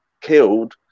killed